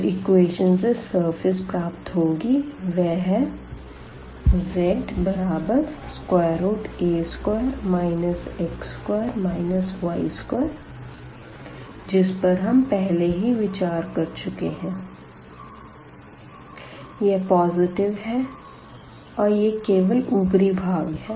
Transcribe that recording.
जो इक्वेशन से सरफेस प्राप्त होगी वह है za2 x2 y2 जिस पर हम पहले ही विचार कर चुके है यह पॉजिटिव है और यह केवल ऊपरी भाग है